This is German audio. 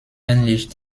ähnlich